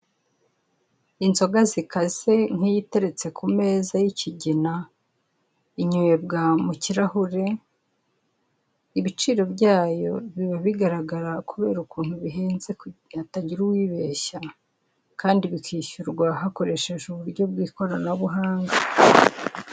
Inzoga zikaze, nk'iyi iteretse ku meza y'ikigina, inywerebwa mu kirahure. Ibiciro byayo biba bigaragara kubera ukuntu bihenze, kugira ngo hatagira ukwibeshya, kandi bikishyurwa hakoreshejwe uburyo bw'ikoranabuhanga.